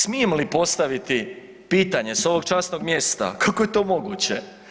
Smijem li postaviti pitanje sa ovog časnog mjesta kako je to moguće?